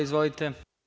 Izvolite.